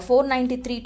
493